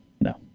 No